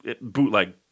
bootleg